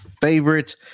favorite